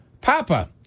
Papa